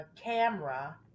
camera